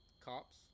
cops